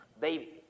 Baby